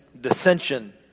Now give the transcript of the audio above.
dissension